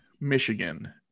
Michigan